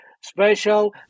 special